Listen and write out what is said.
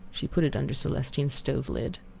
she put it under celestine's stove-lid.